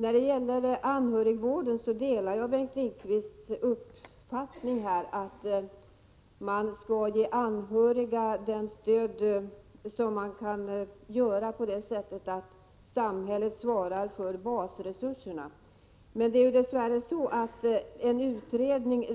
När det gäller anhörigvården delar jag Bengt Lindqvists uppfattning att man skall ge anhöriga det stöd som man kan ge dem på det sättet att samhället svarar för basresurserna. Redan 1983 lade en utredning